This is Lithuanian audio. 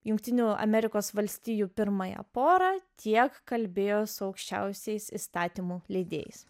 jungtinių amerikos valstijų pirmąją porą tiek kalbėjo su aukščiausiais įstatymų leidėjais